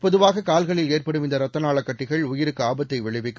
பொதுவாககால்களில் ஏற்படும் இந்தரத்தநாளக் கட்டிகள் உயிருக்குஆபத்தைவிளைவிக்கும்